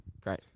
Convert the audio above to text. Great